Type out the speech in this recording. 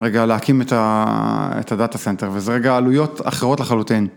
רגע להקים את הדאטה סנטר וזה רגע עלויות אחרות לחלוטין.